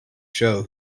show